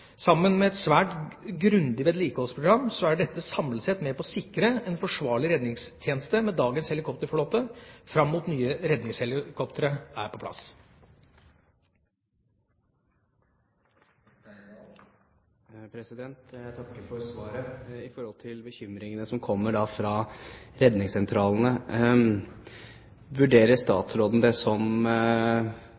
Sammen med et svært grundig vedlikeholdsprogram er dette samlet sett med på å sikre en forsvarlig redningstjeneste med dagens helikopterflåte fram mot at nye redningshelikoptre er på plass. Jeg takker for svaret. Når det gjelder redningssentralenes bekymring, vurderer statsråden det han sier som